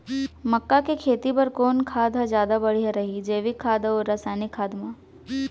मक्का के खेती बर कोन खाद ह जादा बढ़िया रही, जैविक खाद अऊ रसायनिक खाद मा?